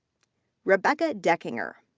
rebecca deckinger.